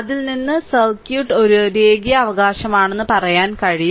അതിൽ നിന്ന് സർക്യൂട്ട് ഒരു രേഖീയ അവകാശമാണെന്ന് പറയാൻ കഴിയും